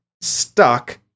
stuck